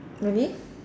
may be